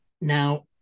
Now